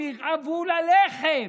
הן ירעבו ללחם.